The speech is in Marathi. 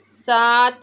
सात